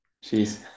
she's-